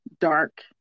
dark